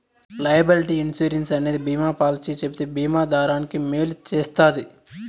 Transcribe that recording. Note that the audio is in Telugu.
లైయబిలిటీ ఇన్సురెన్స్ అనేది బీమా పాలసీ చెబితే బీమా దారానికి మేలు చేస్తది